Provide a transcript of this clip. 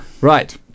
Right